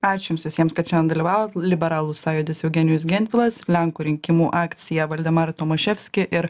ačiū jums visiems kad šiandien dalyvavot liberalų sąjūdis eugenijus gentvilas lenkų rinkimų akcija valdemar tomaševski ir